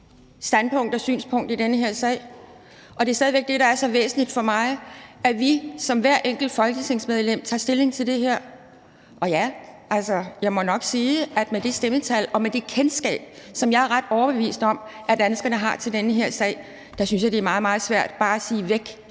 den enkeltes standpunkt i den her sag, og det er stadig væk det, der er så væsentligt for mig, nemlig at vi, hvert enkelt folketingsmedlem, tager stilling til det her. Og ja, jeg må altså nok sige, at med det stemmetal og med det kendskab, som jeg er ret overbevist om danskerne har til den her sag, synes jeg, det er meget, meget svært bare at sige: Væk,